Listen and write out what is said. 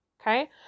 Okay